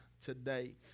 today